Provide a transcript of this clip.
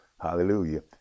hallelujah